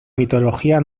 mitología